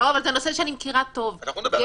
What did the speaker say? זה נושא שאני מכירה טוב ואגב,